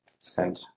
sent